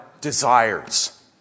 desires